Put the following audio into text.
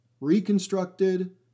reconstructed